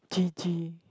g_g